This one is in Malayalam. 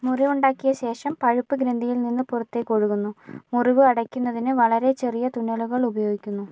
മുറിവുണ്ടാക്കിയ ശേഷം പഴുപ്പ് ഗ്രന്ഥിയിൽ നിന്ന് പുറത്തേക്ക് ഒഴുകുന്നു മുറിവ് അടയ്ക്കുന്നതിന് വളരെ ചെറിയ തുന്നലുകൾ ഉപയോഗിക്കുന്നു